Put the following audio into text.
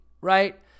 right